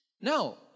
Now